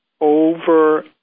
over